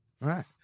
right